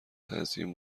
تزیین